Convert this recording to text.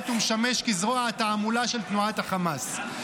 ומשמש כזרוע התעמולה של תנועת החמאס.